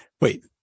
Wait